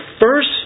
first